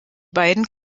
beiden